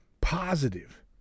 Positive